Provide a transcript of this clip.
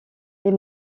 les